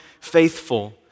faithful